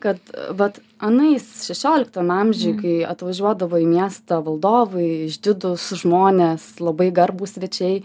kad vat anais šešioliktam amžiuj kai atvažiuodavo į miestą valdovai išdidūs žmonės labai garbūs svečiai